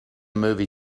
movie